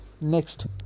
Next